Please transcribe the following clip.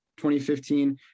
2015